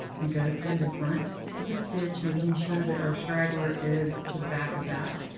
to go through the front of the stitch, making sure that our straggler is to the back of that.